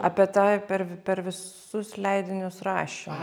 apie tą per per visus leidinius rašymą